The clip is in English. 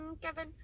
Kevin